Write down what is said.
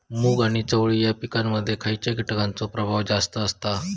मूग आणि चवळी या पिकांमध्ये खैयच्या कीटकांचो प्रभाव जास्त असता?